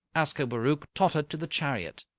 ascobaruch tottered to the chariot.